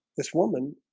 this woman